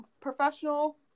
professional